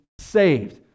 saved